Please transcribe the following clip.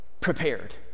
prepared